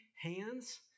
hands